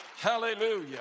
Hallelujah